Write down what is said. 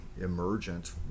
emergent